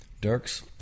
Dirk's